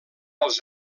als